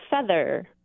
feather